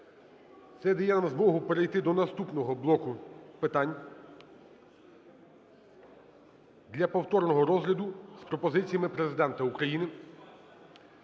дає нам змогу перейти до наступного блоку питань – для повторного розгляду з пропозиціями Президента України.